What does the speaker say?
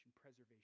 preservation